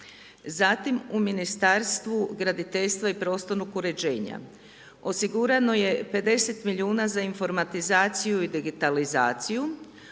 Zatim u Ministarstvu graditeljstva i prostornog uređenja, osigurano je 520 milijuna za informatizaciju i digitalizaciju,